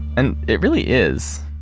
and it really is.